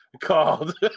called